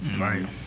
Right